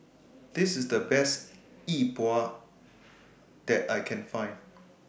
This IS The Best Yi Bua that I Can Find